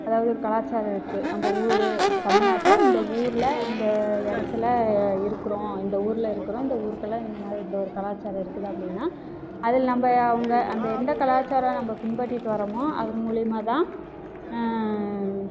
அதாவது ஒரு கலாச்சாரம் இருக்குது நம்ம ஊர் தமிழ்நாட்டில் இந்த ஊரில் இந்த இடத்துல இருக்கிறோம் இந்த ஊரில் இருக்கிறோம் இந்த ஊருக்கெல்லாம் இந்த மாதிரி இப்படி ஒரு கலாச்சாரம் இருக்குது அப்படின்னா அதில் நம்ம அவங்க அந்த எந்த கலாச்சாரம் நம்ம பின்பற்றிவிட்டு வரோமா அதன் மூலயமாதான்